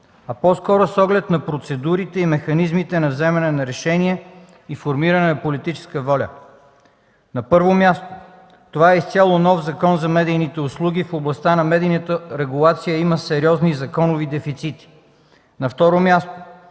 а по-скоро с оглед на процедурите и механизмите на вземане на решения и формиране на политическа воля. На първо място, това е изцяло нов Закон за медийните услуги. В областта на медийната регулация има сериозни законови дефицити. На второ място,